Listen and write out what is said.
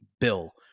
Bill